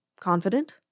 confident